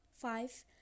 five